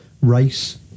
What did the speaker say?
race